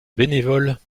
bénévoles